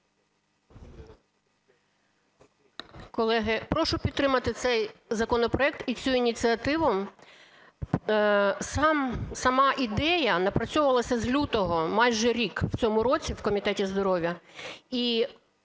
Колеги, прошу підтримати цей законопроект і цю ініціативу. Сама ідея напрацьовувалася з лютого, майже рік, в цьому році в Комітеті здоров'я